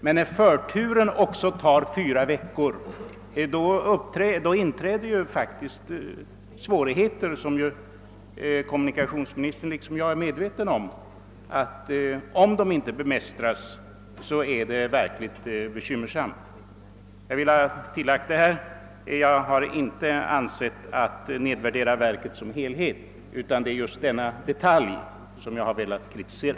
Men när förturen också dröjer fyra veckor inträder faktiskt svårigheter, som — det är kommunikationsministern liksom jag medveten om — om de inte bemästras verkligen vållar bekymmer. Jag har inte avsett att nedvärdera televerket som helhet; det är just denna detalj jag velat kritisera.